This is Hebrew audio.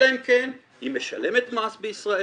אלא אם כן היא משלמת מס בישראל,